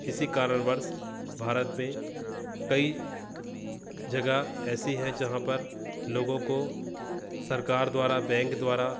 इसी कारणवश भारत में कई जगह ऐसी है जहाँ पर लोगों को सरकार द्वारा बैंक द्वारा